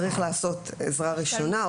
צריך לעשות עזרה ראשונה,